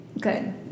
Good